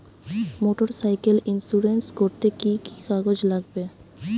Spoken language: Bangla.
মোটরসাইকেল ইন্সুরেন্স করতে কি কি কাগজ লাগবে?